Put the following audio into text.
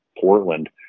Portland